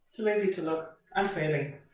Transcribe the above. lazy to look. i'm failing.